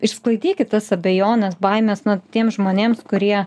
išsklaidykit tas abejones baimes na tiems žmonėms kurie